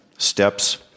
steps